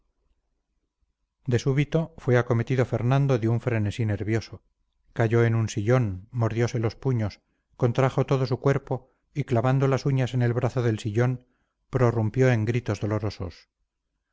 de súbito fue acometido fernando de un frenesí nervioso cayó en un sillón mordiose los puños contrajo todo su cuerpo y clavando las uñas en el brazo del sillón prorrumpió en gritos dolorosos